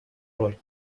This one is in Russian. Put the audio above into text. роль